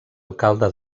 alcalde